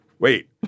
Wait